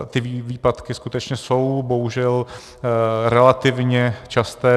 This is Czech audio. Ty výpadky skutečně jsou bohužel relativně časté.